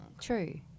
True